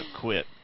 Quit